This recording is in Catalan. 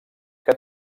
que